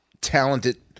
talented